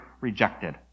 rejected